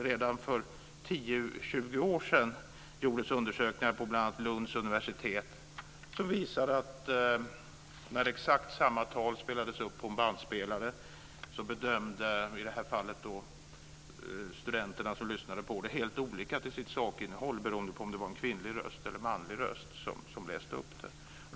Redan för 10-20 år sedan gjordes undersökningar bl.a. på Lunds universitet som visade att när exakt samma tal spelades upp på en bandspelare bedömde de som lyssnade - i det här fallet studenter - sakinnehållet helt olika beroende på om det var en kvinnlig eller en manlig röst som läste upp det.